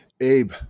Abe